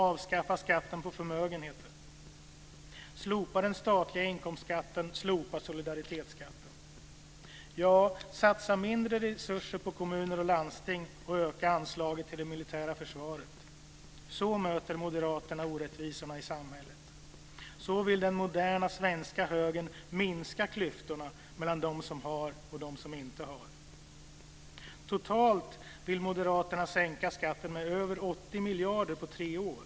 Avskaffa skatten på förmögenheter! Slopa den statliga inkomstskatten! Slopa solidaritetsskatten! Satsa mindre resurser på kommuner och landsting och öka anslaget till det militära försvaret! Så möter moderaterna orättvisorna i samhället. Så vill den moderna svenska Högern minska klyftorna mellan dem som har och dem som inte har. Totalt vill moderaterna sänka skatten med över 80 miljarder kronor på tre år.